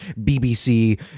BBC